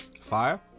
fire